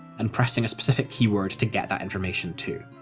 and pressing a specific keyword to get that information too.